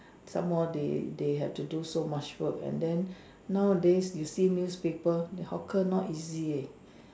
some more they they have to do so much work and then nowadays you see newspaper hawker not easy eh